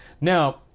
Now